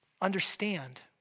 understand